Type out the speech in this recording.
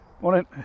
morning